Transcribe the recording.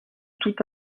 tout